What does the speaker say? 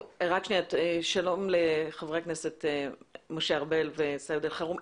שלום לחברי הכנסת משה ארבל וסעיד אלחרומי.